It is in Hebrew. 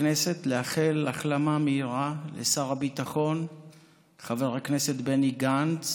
בכנסת לאחל החלמה מהירה לשר הביטחון חבר הכנסת בני גנץ,